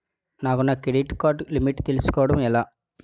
నాకు నా credit card limit తెలుసుకోవడం ఎలా?